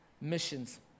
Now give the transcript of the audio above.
missions